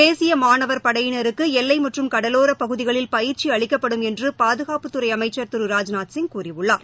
தேசிய மாணவர் படையினருக்கு எல்லை மற்றும் கடலோரப் பகுதிகளில் பயிற்சி அளிக்கப்படும் என்று பாதுகாப்புத்துறை அமைச்சர் திரு ராஜ்நாத்சிங் கூறியுள்ளார்